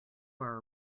our